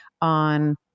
on